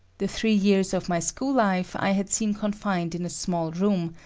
the three years of my school life i had seen confined in a small room,